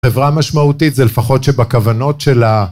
חברה משמעותית זה לפחות שבכוונות של ה...